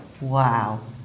Wow